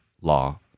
law